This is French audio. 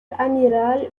amiral